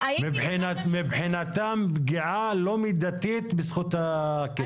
מבחינתם פגיעה לא מידתית בזכות הקניין.